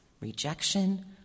rejection